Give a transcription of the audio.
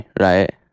right